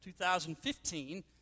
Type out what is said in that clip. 2015